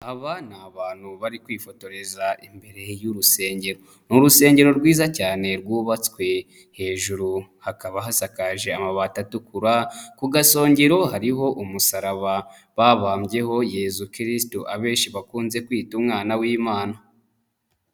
Aba ni abantu bari kwifotoreza imbere y'urusengero. Ni rusengero rwiza cyane rwubatswe, hejuru hakaba hasakaje amabati atukura ku gasongero hariho umusaraba babambyeho Yezu Kiristu, abenshi bakunze kwita umwana w'imana.